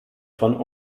von